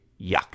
yuck